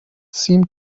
seemed